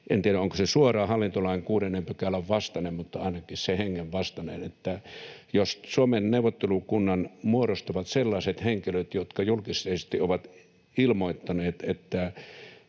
En tiedä, onko se suoraan hallintolain 6 §:n vastaista, mutta ainakin pidän tätä sen hengen vastaisena. Jos Suomen neuvottelukunnan muodostavat sellaiset henkilöt, jotka julkisesti ovat ilmoittaneet, että